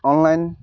online